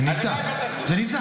הלוואי ואתה צודק.